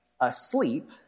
asleep